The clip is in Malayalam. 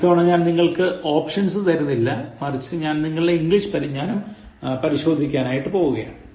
ഇത്തവണ ഞാൻ നിങ്ങൾക്ക് ഓപ്ഷൻസ് തരുന്നില്ല മറിച്ച് ഞാൻ നിങ്ങളുടെ ഇംഗ്ലീഷ് പരിജ്ഞാനം പരിശോധിക്കാൻ പോകുകയാണ്